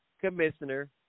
commissioner